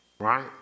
right